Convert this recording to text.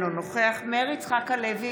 אינו נוכח מאיר יצחק הלוי,